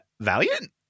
Valiant